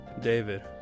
David